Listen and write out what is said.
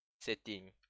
setting